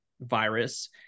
virus